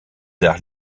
arts